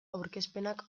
aurkezpenak